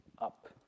up